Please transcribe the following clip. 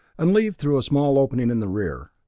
and leave through a small opening in the rear.